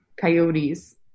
coyotes